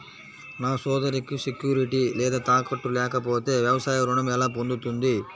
నా సోదరికి సెక్యూరిటీ లేదా తాకట్టు లేకపోతే వ్యవసాయ రుణం ఎలా పొందుతుంది?